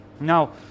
Now